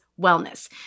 wellness